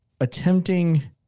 attempting